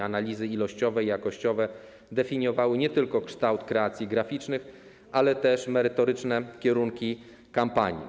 Analizy ilościowe i jakościowe definiowały nie tylko kształt kreacji graficznych, ale też merytoryczne kierunki kampanii.